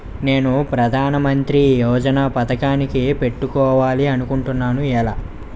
నేను ప్రధానమంత్రి యోజన పథకానికి పెట్టుకోవాలి అనుకుంటున్నా ఎలా?